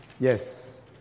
Yes